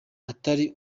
atari